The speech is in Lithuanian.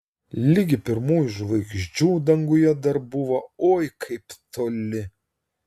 ligi pirmųjų žvaigždžių danguje dar buvo oi kaip toli